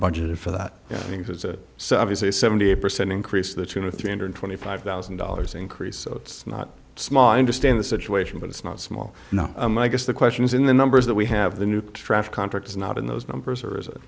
budgeted for that because it so obviously seventy eight percent increase the two to three hundred twenty five thousand dollars increase so it's not small i understand the situation but it's not small enough i guess the question is in the numbers that we have the new traffic contract is not in those numbers or is it